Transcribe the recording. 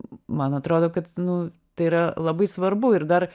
man atrodo kad nu tai yra labai svarbu ir dar